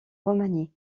roumanie